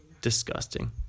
Disgusting